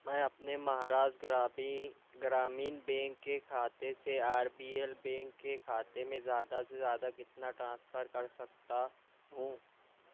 میں اپنے مہاراشٹر گرامی گرامین بینک کے کھاتے سے آر بی ایل بینک کے کھاتے میں زیادہ سے زیادہ کتنا ٹرانسفر کرسکتا ہوں